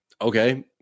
Okay